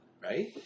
right